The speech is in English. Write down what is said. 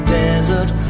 desert